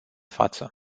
față